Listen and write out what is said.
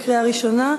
לקריאה ראשונה,